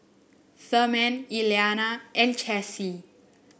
Therman Elianna and Chessie